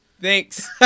Thanks